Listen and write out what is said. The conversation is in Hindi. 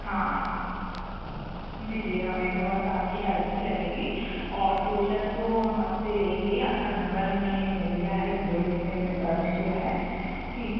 हाँ जी जी हमें थोड़ा सा आपकी हेल्प भी लगेंगी और टू व्हीलर तो हम आप से लेंगे ही आपका नम्बर हमें मिल गया है गूगल से हमने सर्च किया है ठीक